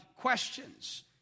questions